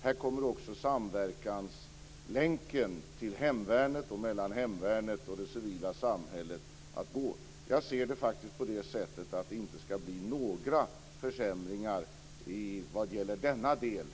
Här kommer också samverkanslänken till hemvärnet och mellan hemvärnet och det civila samhället att gå. Jag tror faktiskt inte att det ska bli några försämringar i den delen.